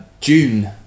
June